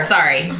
Sorry